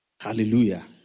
Hallelujah